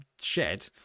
shed